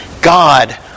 God